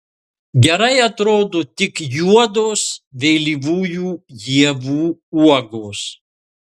gerai atrodo tik juodos vėlyvųjų ievų uogos